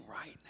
right